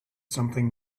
something